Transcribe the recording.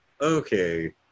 okay